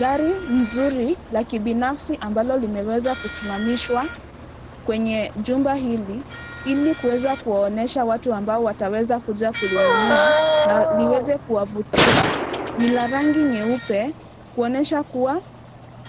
Gari nzuri la kibinafsi ambalo limeweza kusimamishwa kwenye jumba hili, ili kuweza kuwaonyesha watu ambao wataweza kuja kulinunua, na liweze kuwavutia. Ni la rangi nyeupe, kuonesha kuwa,